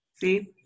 See